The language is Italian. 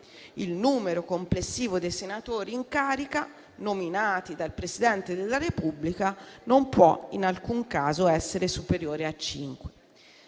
Il numero complessivo dei senatori in carica nominati dal Presidente della Repubblica non può in alcun caso essere superiore a